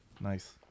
Nice